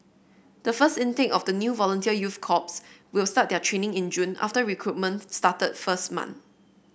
the first intake of the new volunteer youth corps will start their training in June after recruitment started first month